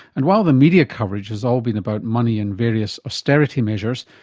and while the media coverage has all been about money and various austerity measures,